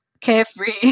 carefree